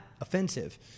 offensive